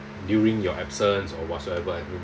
during your absence or whatsoever